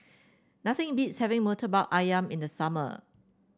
nothing beats having murtabak ayam in the summer